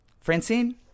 Francine